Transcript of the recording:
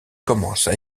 commencent